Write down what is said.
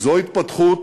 התפתחות